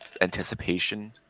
anticipation